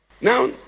now